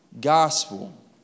gospel